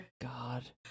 God